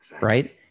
Right